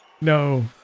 No